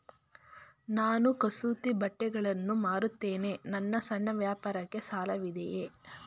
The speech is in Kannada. ನಾನು ಕಸೂತಿ ಬಟ್ಟೆಗಳನ್ನು ಮಾರುತ್ತೇನೆ ನನ್ನ ಸಣ್ಣ ವ್ಯಾಪಾರಕ್ಕೆ ಸಾಲವಿದೆಯೇ?